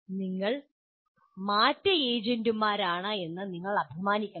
അതിനാൽ നിങ്ങൾ മാറ്റ ഏജന്റുമാരാണെന്ന് നിങ്ങൾ അഭിമാനിക്കണം